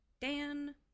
Dan